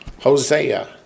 Hosea